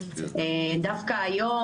דווקא היום,